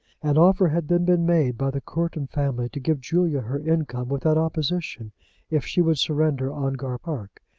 an offer had then been made by the courton family to give julia her income without opposition if she would surrender ongar park.